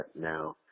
now